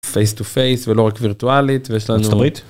פייס-טו-פייס ולא רק וירטואלית, ויש לנו...